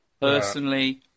Personally